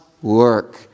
work